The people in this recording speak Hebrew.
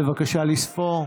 בבקשה לספור.